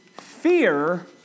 Fear